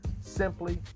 simply